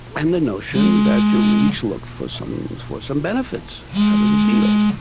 and the notion that you each look for some for some benefits out of the deal.